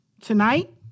tonight